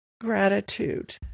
gratitude